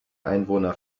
einwohner